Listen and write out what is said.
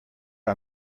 are